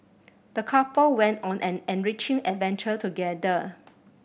the couple went on an enriching adventure together